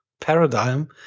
paradigm